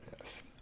Yes